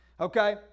Okay